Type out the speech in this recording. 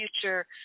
future